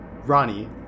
Ronnie